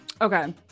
Okay